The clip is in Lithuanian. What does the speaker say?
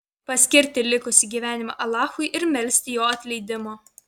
paskirti likusį gyvenimą alachui ir melsti jo atleidimo